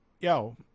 yo